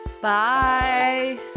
Bye